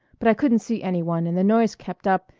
but i couldn't see any one and the noise kept up,